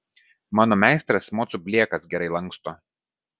mano meistras mocų blėkas gerai lanksto